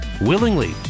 willingly